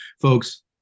Folks